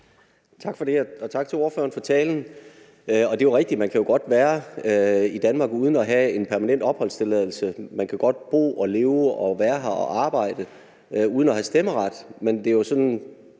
Tak for det, og tak til ordføreren for talen. Det er jo rigtigt, at man godt kan være i Danmark uden at have en permanent opholdstilladelse. Man kan godt bo og leve og være her og arbejde uden at have stemmeret, men en forudsætning